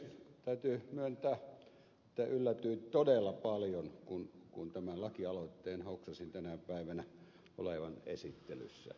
täytyy myöntää että yllätyin todella paljon kun tämän lakialoitteen hoksasin tänä päivänä olevan esittelyssä